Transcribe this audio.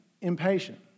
impatient